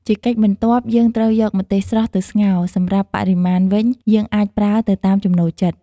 ជាកិច្ចបន្ទាប់ យើងត្រូវយកម្ទេសស្រស់ទៅស្ងោរ សម្រាប់បរិមាណវិញ យើងអាចប្រើទៅតាមចំណូលចិត្ត។